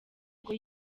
ngo